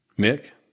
Nick